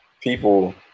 people